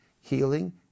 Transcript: healing